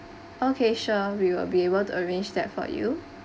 okay sure we will be able to arrange that for you